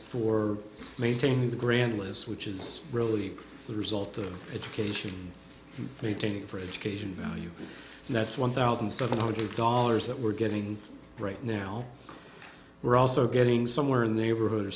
for maintaining the grandness which is really the result of education retaining for education value and that's one thousand seven hundred dollars that we're getting the right now we're also getting somewhere in the neighborhood